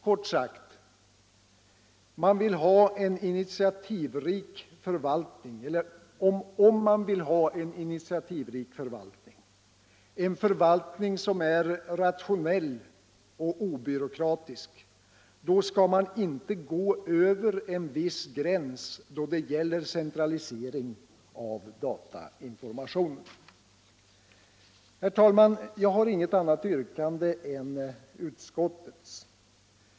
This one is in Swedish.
Kort sagt: Vill man ha en initiativrik förvaltning, en förvaltning som är rationell och obyråkratisk — då skall man inte gå över en viss gräns när det gäller centralisering av datainformationen. Herr talman! Jag har inget annat yrkande än utskottets.